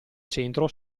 centro